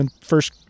first